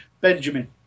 Benjamin